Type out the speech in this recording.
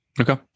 Okay